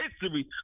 history